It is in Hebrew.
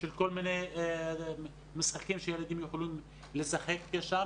כל מיני משחקים שהילדים יכולים לשחק שם,